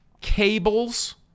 cables